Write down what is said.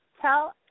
tell –